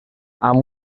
amb